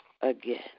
again